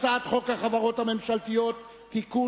הצעת חוק החברות הממשלתיות (תיקון,